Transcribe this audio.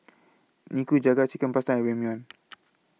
Nikujaga Chicken Pasta and Ramyeon